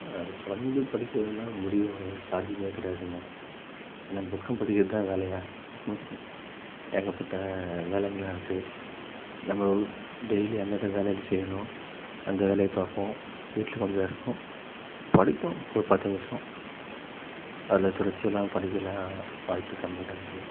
அது தொடர்ந்து படிக்கிறதெல்லாம் முடியவே முடியாது சாத்தியமே கிடையாதுங்க ஏன்னால் புக்கும் படிக்கிறது தான் வேலையா ஏகப்பட்ட வேலைங்கெல்லாம் இருக்குது நம்ப டெயிலியும் அன்றாட வேலைகளை செய்யணும் அந்த வேலையை பார்ப்போம் வீட்டில் கொஞ்சம் இருக்கும் படிப்போம் ஒரு பத்து நிமிஷம் அதில் தொடர்ச்சியாலாம் படிக்கலாம் வாய்ப்பு கம்மி தான் அது